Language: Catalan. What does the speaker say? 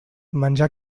menjar